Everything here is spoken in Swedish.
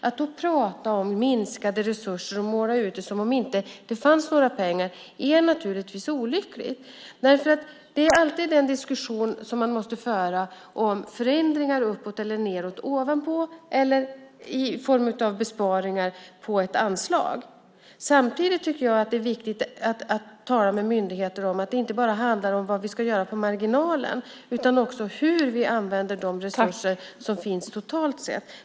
Att då prata om minskade resurser och måla upp det som om det inte fanns några pengar är naturligtvis olyckligt. Det är alltid en diskussion man måste föra om förändringar uppåt eller nedåt, ovanpå eller i form av besparingar på ett anslag. Samtidigt tycker jag att det är viktigt att tala med myndigheter om att det inte bara handlar om vad vi ska göra på marginalen utan också om hur vi använder de resurser som finns totalt sett.